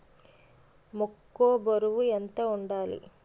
మొక్కొ బరువు ఎంత వుండాలి?